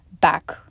back